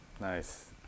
Nice